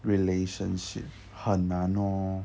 relationship 很难 lor